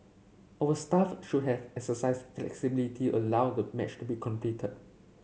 our staff should have exercised flexibility allow the match to be completed